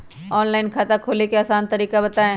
Online खाता खोले के आसान तरीका बताए?